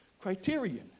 criterion